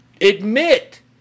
admit